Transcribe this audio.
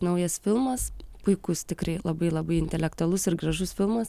naujas filmas puikus tikrai labai labai intelektualus ir gražus filmas